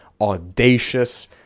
audacious